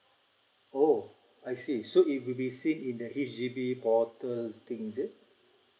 oh I see so it will be save in S_G_B portal thing is it